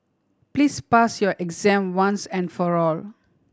please pass your exam once and for all